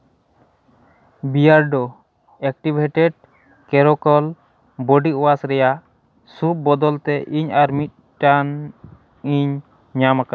ᱵᱤᱭᱟᱨᱰᱳ activated charcoal ᱵᱚᱰᱤᱼᱚᱣᱟᱥ ᱨᱮᱭᱟᱜ ᱥᱩᱵ ᱵᱚᱫᱚᱞᱛᱮ ᱤᱧ ᱟᱨ ᱢᱤᱫᱴᱟᱝ ᱤᱧ ᱧᱟᱢ ᱟᱠᱟᱫᱟ